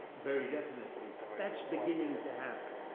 very definitely. that's beginning.